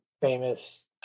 famous